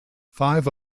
five